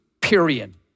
period